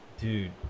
Dude